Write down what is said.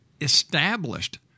established